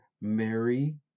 Mary